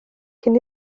cyn